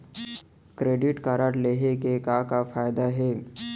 Credit card लेहे के का का फायदा हे?